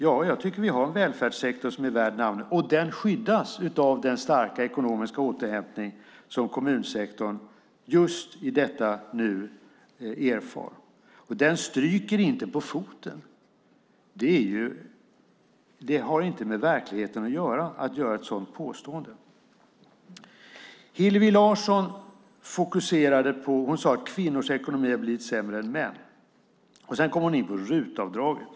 Jag tycker att vi har en välfärdssektor som är värd namnet, och den skyddas av den starka ekonomiska återhämtning som kommunsektorn just i detta nu genomgår. Den stryker inte på foten. Det har inte med verkligheten att göra att komma med ett sådant påstående. Hillevi Larsson sade att kvinnors ekonomi har blivit sämre än mäns. Sedan kom hon in på RUT-avdraget.